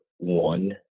one